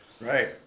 Right